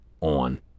on